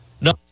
no